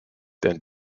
than